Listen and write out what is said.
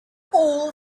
all